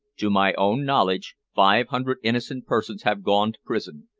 to my own knowledge five hundred innocent persons have gone to prison,